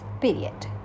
period